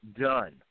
done